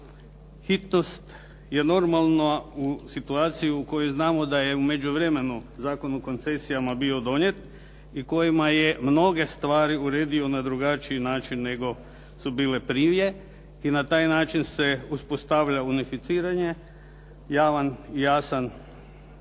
Hitnost je normalna u situaciji u kojoj znamo da je u međuvremenu Zakon o koncesijama bio donijet i kojima je mnoge stvari uredio na drugačiji način nego su bile prije i na taj način se uspostavlja unificiranje. Jasan postupak